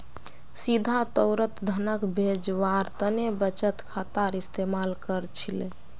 सीधा तौरत धनक भेजवार तने बचत खातार इस्तेमाल कर छिले